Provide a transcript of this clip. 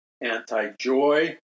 anti-joy